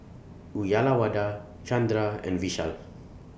Uyyalawada Chandra and Vishal